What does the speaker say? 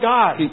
God